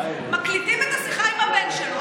מקליטים את השיחה עם הבן שלו.